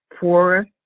poor